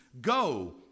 go